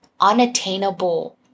unattainable